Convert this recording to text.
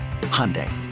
Hyundai